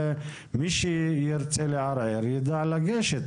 מי שירצה לערער ידע לגשת.